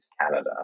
Canada